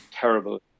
terrible